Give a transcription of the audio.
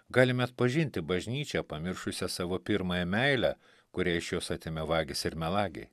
galime atpažinti bažnyčią pamiršusią savo pirmąją meilę kurią iš jos atėmė vagys ir melagiai